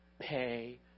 pay